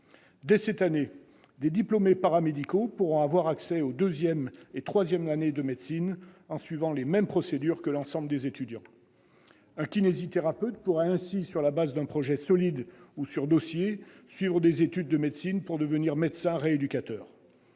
Dès cette année, les diplômés paramédicaux pourront avoir accès aux deuxième et troisième années de médecine, en suivant les mêmes procédures que l'ensemble des étudiants. Un kinésithérapeute pourrait ainsi, « sur la base d'un projet solide ou sur dossiers », suivre des études de médecine pour devenir médecin rééducateur.